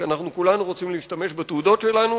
כי כולנו רוצים להשתמש בתעודות שלנו